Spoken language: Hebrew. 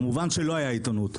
כמובן, שלא היה עיתונות.